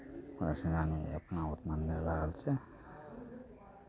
परेशानी इतना उतना नहि भऽ रहल छै